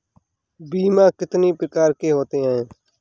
बीमा कितनी प्रकार के होते हैं?